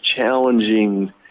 challenging